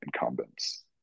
incumbents